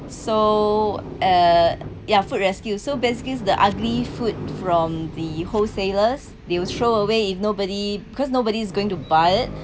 so uh ya food rescue so basically the ugly food from the wholesalers they will throw away if nobody because nobody's going to buy it